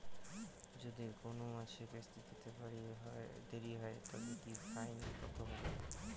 যদি কোন মাসে কিস্তি দিতে দেরি হয় তবে কি ফাইন কতহবে?